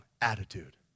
attitude